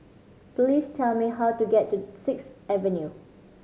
please tell me how to get to Sixth Avenue